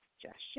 suggestion